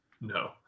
No